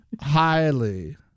highly